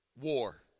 war